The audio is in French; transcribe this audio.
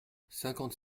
cinquante